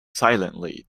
silently